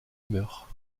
humeur